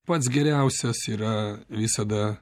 pats geriausias yra visada